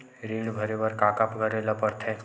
ऋण भरे बर का का करे ला परथे?